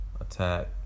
attack